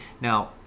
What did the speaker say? Now